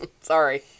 Sorry